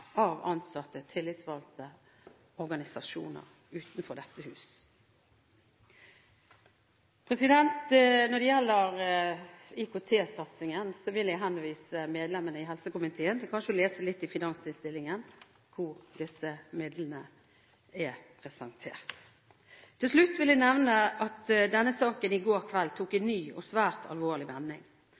Når det gjelder IKT-satsingen, vil jeg henvise medlemmene i helse- og omsorgskomiteen til kanskje å lese litt i finansinnstillingen hvor disse midlene er presentert. Til slutt vil jeg nevne at denne saken i går kveld tok en ny og svært alvorlig vending.